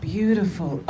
Beautiful